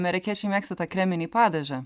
amerikiečiai mėgsta tą kreminį padažą